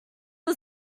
are